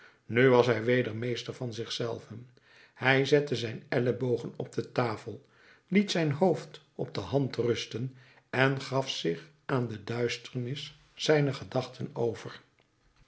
nu was hij weder meester van zich zelven hij zette zijn ellebogen op de tafel liet zijn hoofd op de hand rusten en gaf zich aan de duisternis zijner gedachten over